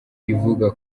ivuga